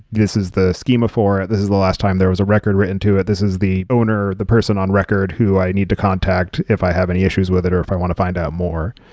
this is the schema for it. this is the last time there was a record written to it. this is the owner or the person on record who i need to contact if i have any issues with it or if i want to find out more.